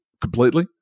completely